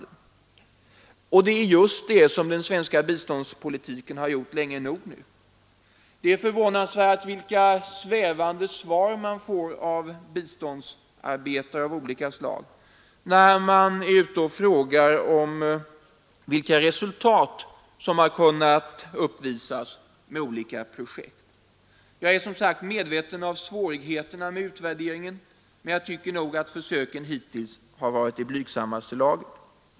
Och det är just vad den svenska biståndspolitiken har gjort länge nog nu. Det är förvånansvärt vilka svävande svar man får av biståndsarbetare när man frågar vilka resultat som har kunnat uppvisas med olika projekt. Jag är som sagt medveten om svårigheterna med utvärderingen men tycker att försöken hittills har varit i blygsammaste laget.